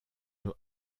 nos